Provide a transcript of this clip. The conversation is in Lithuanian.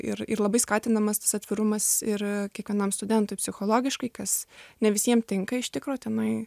ir ir labai skatinamas tas atvirumas ir kiekvienam studentui psichologiškai kas ne visiem tinka iš tikro tenai